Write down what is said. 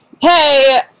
Hey